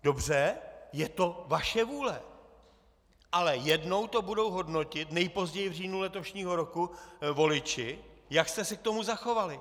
Dobře, je to vaše vůle, ale jednou to budou hodnotit nejpozději v říjnu letošního roku voliči, jak jste se k tomu zachovali.